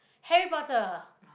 Harry-Potter